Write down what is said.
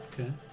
Okay